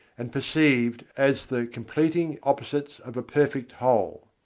and perceived as the completing opposites of a perfect whole.